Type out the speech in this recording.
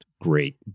great